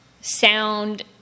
sound